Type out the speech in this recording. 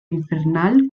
infernal